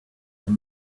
your